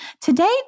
Today